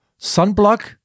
sunblock